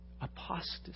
apostasy